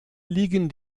liegen